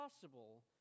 possible